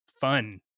fun